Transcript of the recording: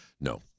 No